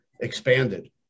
expanded